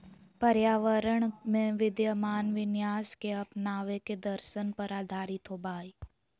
पर्यावरण में विद्यमान विन्यास के अपनावे के दर्शन पर आधारित होबा हइ